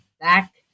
back